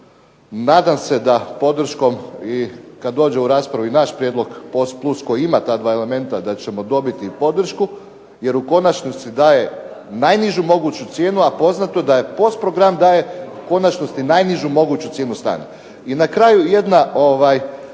Nadam se da podrškom i kad dođe u raspravu i naš prijedlog POS plus koji ima ta dva elementa da ćemo dobiti podršku jer u konačnici daje najnižu moguću cijenu a poznato je da POS program da je u konačnosti najnižu moguću cijenu stana. I na kraju jedan